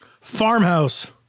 Farmhouse